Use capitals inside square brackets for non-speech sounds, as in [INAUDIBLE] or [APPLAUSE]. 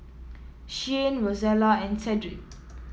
Shyanne Rosella and Sedrick [NOISE]